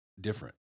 different